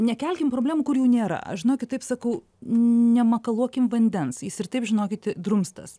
nekelkim problemų kur jų nėra aš žinokit taip sakau nemakaluokim vandens jis ir taip žinokit drumstas